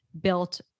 built